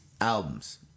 albums